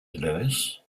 lewis